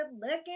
looking